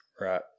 Right